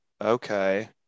okay